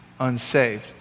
unsaved